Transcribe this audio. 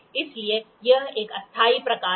इसलिए यह एक अस्थायी प्रकार है